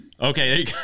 Okay